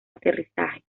aterrizaje